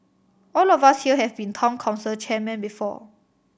all of us here have been Town Council chairmen before